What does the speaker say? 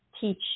teach